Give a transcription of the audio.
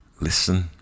Listen